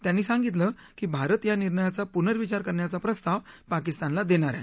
त्यांनी सांगितलं की भारत या निर्णयाचा पुर्नविचार करण्याचा प्रस्ताव पाकिस्तानला देणार आहे